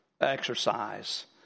exercise